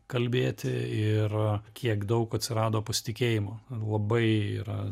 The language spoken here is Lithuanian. kalbėti ir kiek daug atsirado pasitikėjimo labai yra